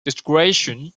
discretion